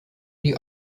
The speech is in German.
die